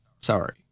Sorry